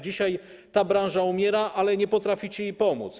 Dzisiaj ta branża umiera, ale nie potraficie im pomóc.